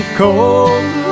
cold